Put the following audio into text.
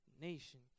nation